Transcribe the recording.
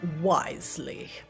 wisely